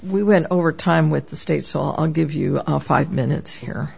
we went over time with the state so i'll give you five minutes here